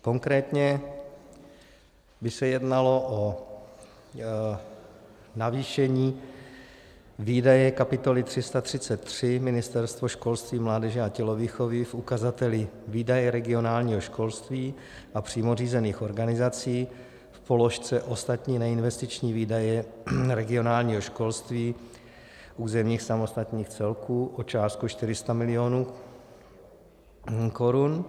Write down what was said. Konkrétně by se jednalo o navýšení výdaje kapitoly 333 Ministerstvo školství, mládeže a tělovýchovy v ukazateli výdaje regionálního školství a přímo řízených organizací v položce ostatní neinvestiční výdaje regionálního školství územních samosprávních celků o částku 400 milionů korun.